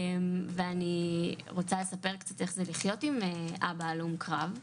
ואני רוצה לספר קצת איך זה לחיות עם אבא הלום קרב.